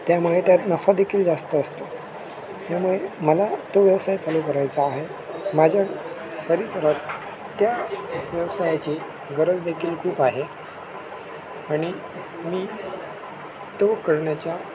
त्यामुळे त्यात नफा देखील जास्त असतो त्यामुळे मला तो व्यवसाय चालू करायचा आहे माझ्या परिसरात त्या व्यवसायाची गरज देखील खूप आहे आणि मी तो करण्याच्या